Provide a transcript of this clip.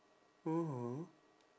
oh